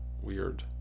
weird